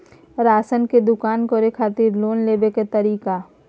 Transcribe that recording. Ration के दुकान करै खातिर लोन लेबै के तरीका?